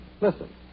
Listen